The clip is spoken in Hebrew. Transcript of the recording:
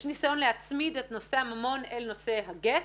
ניסיון להצמיד את נושא הממון אל נושא הגט.